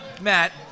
Matt